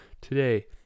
Today